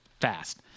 fast